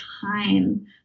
time